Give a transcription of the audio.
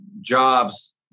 jobs